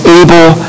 able